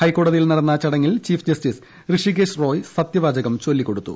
ഹൈക്കോടതിയിൽ നടന്ന ചടങ്ങിൽ ചീഫ് ജസ്റ്റീസ് ഋഷികേശ് റോയ് സത്യവാചകം ചൊല്ലികൊടുത്തു